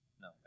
No